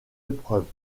épreuves